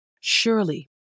Surely